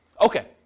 Okay